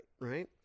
right